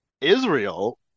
Israel